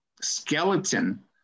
skeleton